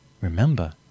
Remember